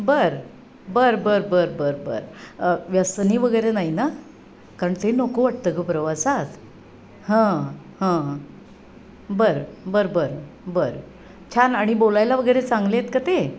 बरं बरं बरं बरं बरं बरं व्यसनी वगैरे नाही ना कारण ते नको वाटतं गं प्रवासात हं हं बरं बरं बरं बरं छान आणि बोलायला वगैरे चांगले आहेत का ते